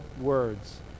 words